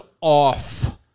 off